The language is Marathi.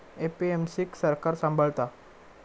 ए.पी.एम.सी क सरकार सांभाळता